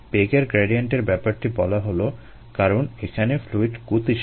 বেগের গ্র্যাডিয়েন্টের ব্যাপারটি বলা হলো কারণ এখানে ফ্লুইড গতিশীল